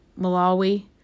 Malawi